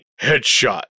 headshot